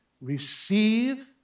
receive